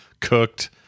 cooked